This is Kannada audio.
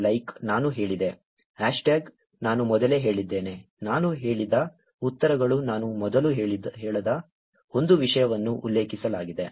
'ಲೈಕ್' ನಾನು ಹೇಳಿದೆ ಹ್ಯಾಶ್ಟ್ಯಾಗ್ ನಾನು ಮೊದಲೇ ಹೇಳಿದ್ದೇನೆ ನಾನು ಹೇಳಿದ ಉತ್ತರಗಳು ನಾನು ಮೊದಲು ಹೇಳದ ಒಂದು ವಿಷಯವನ್ನು ಉಲ್ಲೇಖಿಸಲಾಗಿದೆ